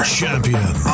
champion